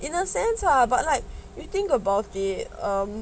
in a sense lah but like you think about the it um